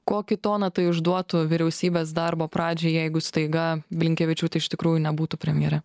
kokį toną tai užduotų vyriausybės darbo pradžiai jeigu staiga blinkevičiūtė iš tikrųjų nebūtų premjere